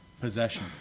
possession